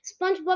Spongebob